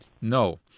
No